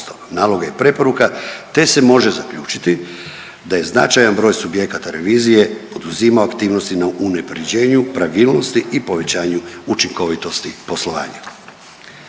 naloga i preporuka, te se može zaključiti da je značajan broj subjekata revizije poduzimao aktivnosti na unaprjeđenju, pravilnosti i povećanju učinkovitosti poslovanja.